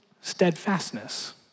steadfastness